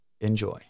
Enjoy